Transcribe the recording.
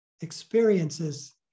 experiences